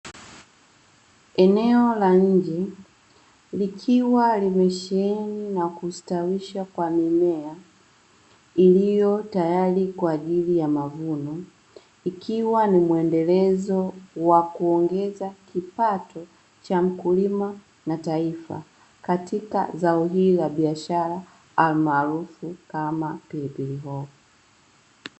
Eneo la nje likiwa limesheheni na kustawisha kwa mimea iliyotayari kwa ajili ya mavuno ikiwa ni mwendelezo wa kuongeza kipato cha mkulima na taifa katika zao hili la biashara alimaarufu kama pilipili hoho.